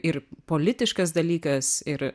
ir politiškas dalykas ir